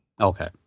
Okay